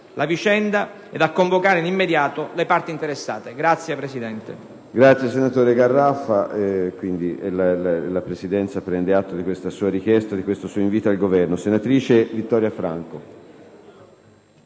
la vicenda e a convocare nell'immediato le parti interessate.